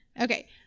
Okay